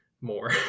more